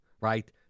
right